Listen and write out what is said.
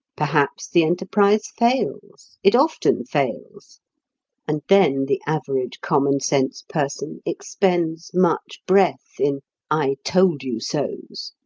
perhaps the enterprise fails it often fails and then the average common-sense person expends much breath in i told you so's.